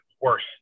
worse